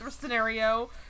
scenario